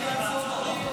אדוני, צריך לעצור את הדיון.